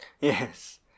Yes